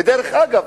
ודרך אגב,